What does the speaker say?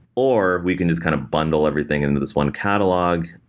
or we can just kind of bundle everything into this one catalog.